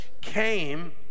came